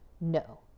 no